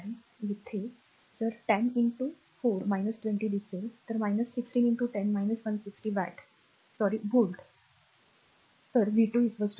तर येथे जर 10 4 20 दिसेल तर 16 10 160 watt sorry volt sorry sorry ते व्होल्ट आहे